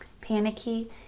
panicky